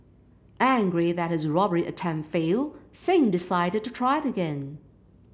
angry that his robbery attempt failed Singh decided to try again